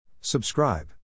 Subscribe